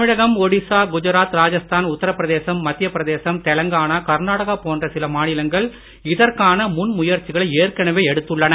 தமிழகம் ஒடிஷா குஜராத் ராஜஸ்தான் உத்தரப்பிரதேசம் மத்தியப் பிரதேசம் தெலுங்கானா கர்நாடகா போன்ற சில மாநிலங்கள் இதற்கான முன்முயற்சிகளை ஏற்கனவே எடுத்துள்ளன